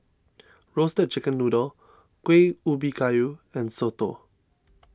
Roasted Chicken Noodle Kuih Ubi Kayu and Soto